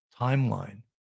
timeline